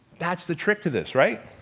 that's the trick to this right